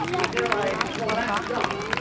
and they're like, well, that's young.